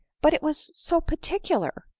but it was so particular.